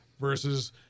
versus